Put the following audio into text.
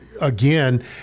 again